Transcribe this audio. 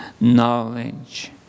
knowledge